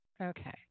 Okay